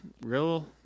real